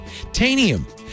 tanium